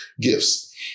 gifts